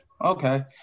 Okay